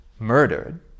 Murdered